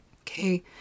Okay